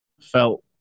Felt